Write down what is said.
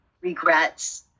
regrets